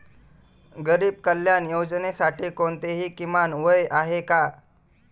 गरीब कल्याण योजनेसाठी कोणतेही किमान वय आहे का?